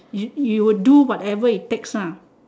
you would do whatever it takes